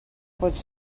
pot